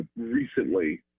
recently